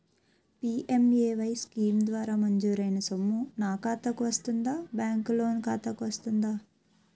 PMAY scheme ద్వారా మంజూరైన సొమ్ము నా ఖాతా కు వస్తుందాబ్యాంకు లోన్ ఖాతాకు వస్తుందా?